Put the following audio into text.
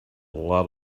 lot